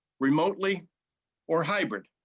remotely or hybrid.